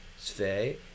Sve